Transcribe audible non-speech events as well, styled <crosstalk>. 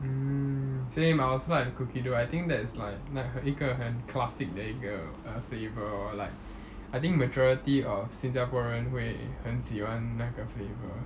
mm same I also like cookie dough I think that's like 那一个很 classic 的一个 flavour orh like <breath> I think majority of 新加坡人会很喜欢那个 flavour